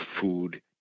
food